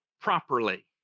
properly